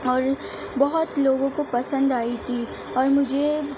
اور بہت لوگوں کو پسند آئی تھی اور مجھے